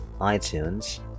iTunes